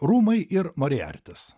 rūmai ir morijartis